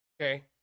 Okay